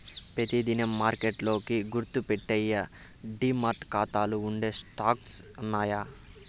పెతి దినం మార్కెట్ కి గుర్తుపెట్టేయ్యి డీమార్ట్ కాతాల్ల ఉండే స్టాక్సే యాన్నా